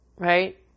Right